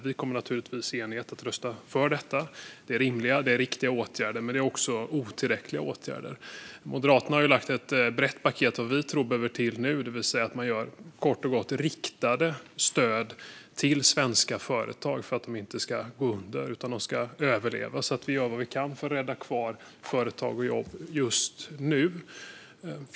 Vi kommer naturligtvis att rösta för dessa förslag i enighet. Det är rimliga och riktiga åtgärder. Åtgärderna är dock otillräckliga. Moderaterna har lagt fram ett brett paket med det vi tror behövs nu, nämligen riktade stöd till svenska företag för att de inte ska gå under utan överleva. Vi måste göra vad vi kan för att rädda kvar företag och jobb just nu.